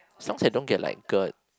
as long as I don't get like G_E_R_D